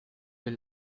will